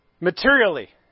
materially